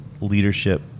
leadership